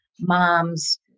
moms